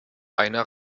einer